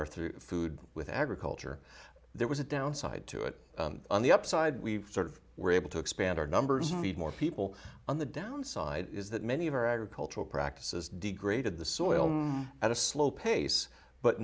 our through food with agriculture there was a downside to it on the upside we sort of were able to expand our numbers more people on the downside is that many of our agricultural practices degraded the soil at a slow pace but